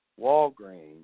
Walgreens